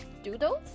doodles